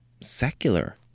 secular